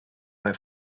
bei